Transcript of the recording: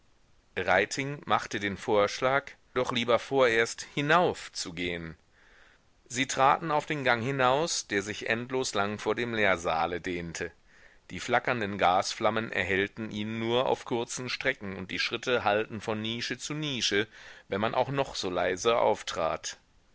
machte den vorschlag doch lieber vorerst hinauf zu gehen sie traten auf den gang hinaus der sich endlos lang vor dem lehrsaale dehnte die flackernden gasflammen erhellten ihn nur auf kurze strecken und die schritte hallten von nische zu nische wenn man auch noch so leise auftrat